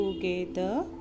together